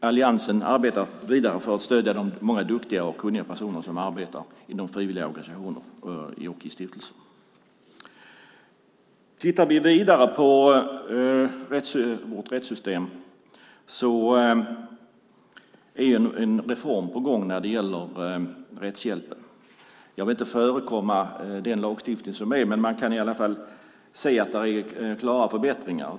Alliansen arbetar vidare för att stödja de många duktiga och kunniga personer som arbetar inom frivilliga organisationer och stiftelser. Det är en reform på gång när det gäller rättshjälpen. Jag vill inte föregripa den lagstiftningen, men man kan i alla fall se att det blir klara förbättringar.